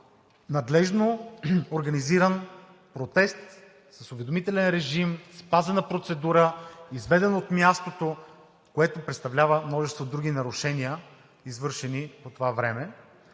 надлежно организиран протест с уведомителен режим, спазена процедура, изведен от мястото, което представлява множество други нарушения, извършени по това време.